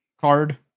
card